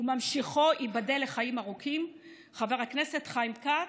וממשיכו, ייבדל לחיים ארוכים, חבר הכנסת חיים כץ,